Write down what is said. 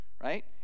right